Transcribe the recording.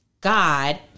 God